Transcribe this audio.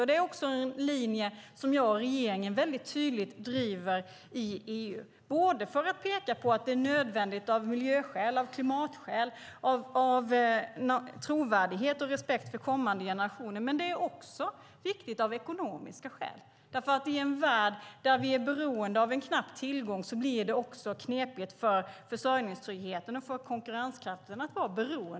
Det är en linje som jag och regeringen tydligt driver i EU såväl för att peka på att det är nödvändigt av miljö och klimatskäl som för trovärdigheten och av respekt för kommande generationer. Men det är också viktigt av ekonomiska skäl. I en värld där vi är beroende av en knapp tillgång blir det knepigt för försörjningstryggheten och för konkurrenskraften.